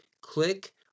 click